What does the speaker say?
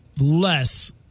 less